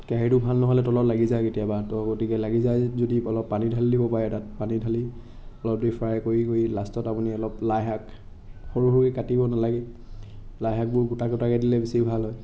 কেৰাহিটো ভাল নহ'লে তলত লাগি যায় কেতিয়াবা ত' গতিকে লাগি যায় যদি অলপ পানী ঢালি দিব পাৰে তাত পানী ঢালি অলপ দেৰি ফ্ৰাই কৰি কৰি লাষ্টত আপুনি অলপ লাইশাক সৰু সৰুকৈ কাটিব নালাগে লাইশাকবোৰ গোটা গোটাকৈ দিলে বেছি ভাল হয়